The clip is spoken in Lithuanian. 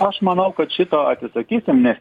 aš manau kad šito atsisakysim nes